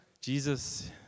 Jesus